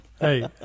Hey